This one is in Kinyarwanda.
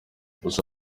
gusa